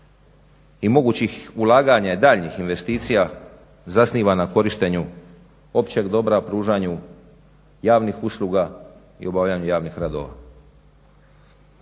i mogućih ulaganja daljnjih investicija zasniva na korištenju općeg dobra, pružanju javnih usluga i obavljanju javnih radova.